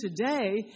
today